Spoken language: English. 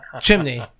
chimney